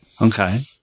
Okay